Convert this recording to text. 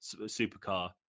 supercar